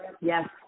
Yes